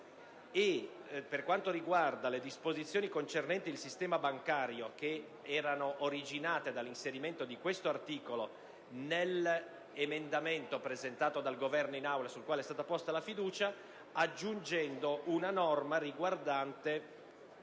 riferimento infine alle disposizioni concernenti il sistema bancario originate dall'inserimento di un articolo nell'emendamento presentato dal Governo in Aula, sul quale è stato posta la fiducia, è stata aggiunta una norma riguardante